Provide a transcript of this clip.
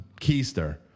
keister